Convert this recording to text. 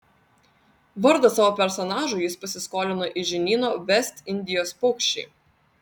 vardą savo personažui jis pasiskolino iš žinyno vest indijos paukščiai